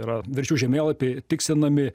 yra verčių žemėlapiai tikslinami